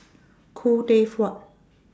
Khoo Teck Puat